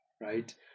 right